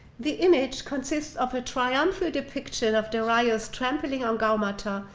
the image consists of a triumphal depiction of darius trampling um gaumata,